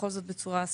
בצורה ספציפית.